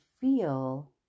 feel